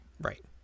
Right